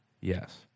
Yes